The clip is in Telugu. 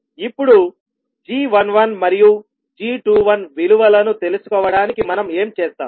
ఇప్పుడు g11 మరియు g21 విలువలను తెలుసుకోవడానికి మనం ఏం చేస్తాం